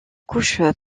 couches